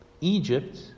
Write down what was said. Egypt